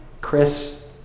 Chris